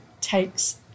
takes